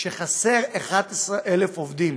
שחסרים 11,000 עובדים,